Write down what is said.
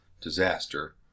disaster